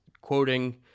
quoting